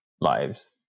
lives